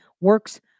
works